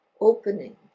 opening